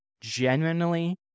Genuinely